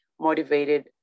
motivated